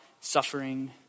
suffering